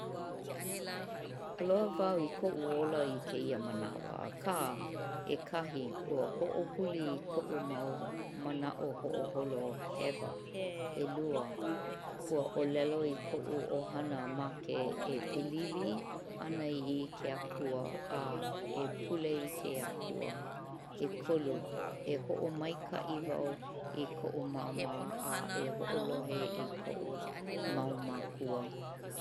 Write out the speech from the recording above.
Aloha wau i koʻu ola i kēia manawa, akā ʻekahi, ua hoʻhuli i koʻu mau manaʻo hoʻoholo hewa ʻElua, ua ʻōlelo i koʻu ʻohana make e piliwi ana i ke Akua a e pule i ke Akua ʻEkolu, e hoʻomaikaʻi wau i koʻu Māmā a e hoʻolohe i koʻu mau mākua.